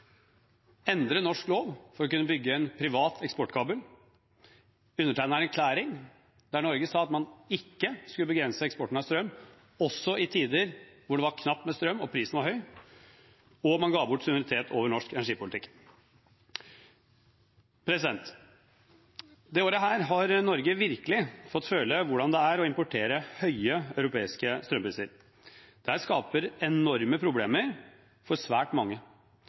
endre norsk lov for å kunne bygge en privat eksportkabel, for å undertegne en erklæring der Norge sa at man ikke skulle begrense eksporten av strøm også i tider hvor det er knapt med strøm og prisen er høy, og man ga bort suverenitet over norsk energipolitikk. Dette året har Norge virkelig fått føle hvordan det er å importere høye europeiske strømpriser. Dette skaper enorme problemer for svært mange.